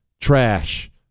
trash